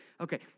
okay